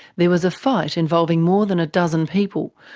there was a fight involving more than a dozen people,